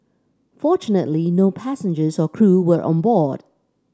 fortunately no passengers or crew were on board